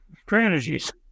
strategies